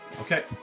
Okay